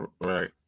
Right